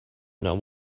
now